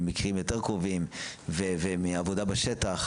ממקרים יותר קרובים ומעבודה בשטח.